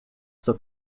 zur